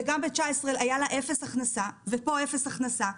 וגם ב-2019 היה לה אפס הכנסה, ופה אפס הכנסה.